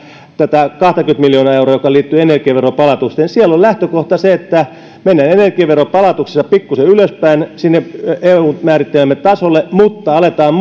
tätä kahtakymmentä miljoonaa euroa joka liittyy energiaveron palautuksiin siellä on lähtökohta se että mennään energiaveron palautuksissa pikkusen ylöspäin sinne eun määrittelemälle tasolle mutta aletaan